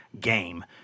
game